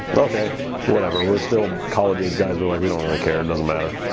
okay whatever we're still college age guys were like we don't really care it doesn't matter